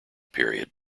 period